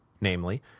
Namely